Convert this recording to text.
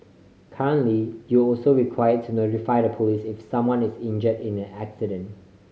currently you're also require to notify the police if someone is injured in an accident